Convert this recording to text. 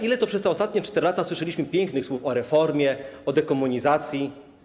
Ile to przez te ostatnie 4 lata słyszeliśmy pięknych słów o reformie, o dekomunizacji.